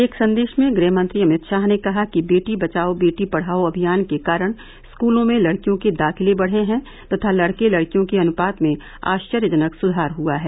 एक संदेश में गृहमंत्री अमित शाह ने कहा कि बेटी बचाओ बेटी पढाओं अभियान के कारण स्कूलों में लडकियों के दाखिले बढे हैं तथा लडके लडकियों के अनुपात में आश्चर्यजनक सुधार हुआ है